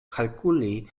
kalkuli